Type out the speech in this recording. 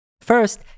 First